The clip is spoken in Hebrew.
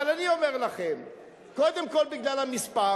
אבל אני אומר לכם, קודם כול בגלל המספר,